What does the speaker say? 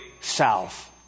south